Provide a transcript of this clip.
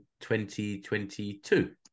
2022